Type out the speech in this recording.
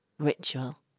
Ritual